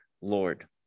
Lord